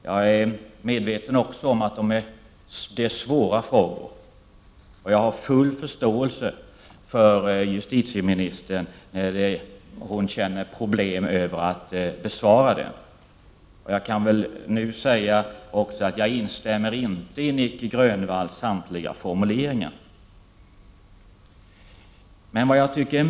Jag är dock medveten om att det är svåra frågor, och jag har full förståelse för att justitieministern tycker att det är problematiskt att besvara dem. Inledningsvis vill jag också säga att jag inte instämmer i Nic Grönvalls samtliga formuleringar.